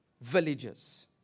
villages